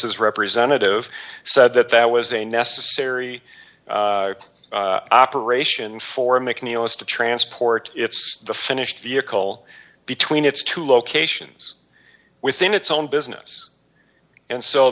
his representative said that that was a necessary operation for mcneil is to transport the finished vehicle between its two locations within its own business and so